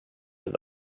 and